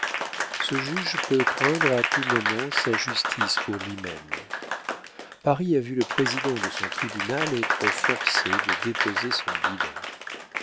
ce juge peut craindre à tout moment sa justice pour lui-même paris a vu le président de son tribunal être forcé de déposer son bilan